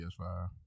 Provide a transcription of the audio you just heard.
PS5